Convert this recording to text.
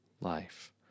life